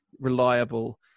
reliable